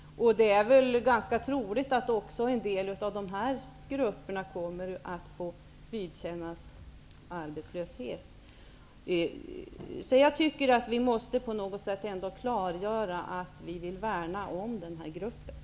Det är väl ganska troligt att även en del av de här grupperna kommer att få vidkännas arbetslöshet. Vi måste klargöra att vi vill värna om dessa grupper.